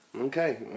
Okay